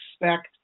expect